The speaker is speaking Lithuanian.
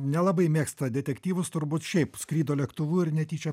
nelabai mėgsta detektyvus turbūt šiaip skrido lėktuvu ir netyčia